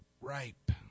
ripe